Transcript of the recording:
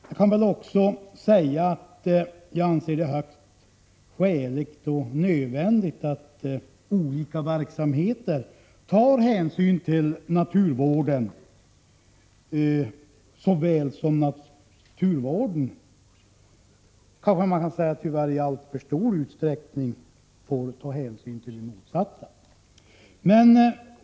Jag anser det skäligt och nödvändigt att olika verksamheter tar hänsyn till naturvården. Naturvården får i alltför stor utsträckning ta hänsyn till andra intressen.